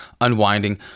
unwinding